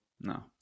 no